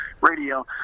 radio